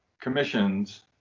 commissions